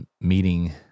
meeting